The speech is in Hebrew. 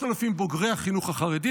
3,000 בוגרי החינוך החרדי.